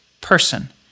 person